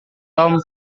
tom